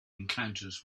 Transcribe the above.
encounters